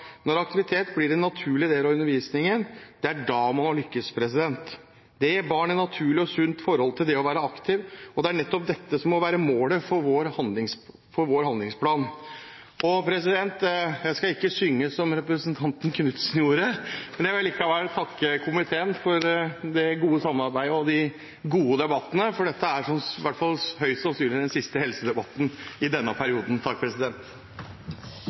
Når aktivitet blir en naturlig del av undervisningen, det er da man har lykkes. Det gir barn et naturlig og sunt forhold til det å være aktiv, og det er nettopp dette som må være målet for vår handlingsplan. Jeg skal ikke synge, som representanten Knutsen gjorde, men jeg vil likevel takke komiteen for det gode samarbeidet og de gode debattene. For dette er – i hvert fall høyst sannsynlig – den siste helsedebatten i denne perioden.